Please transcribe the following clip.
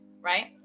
right